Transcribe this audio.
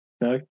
No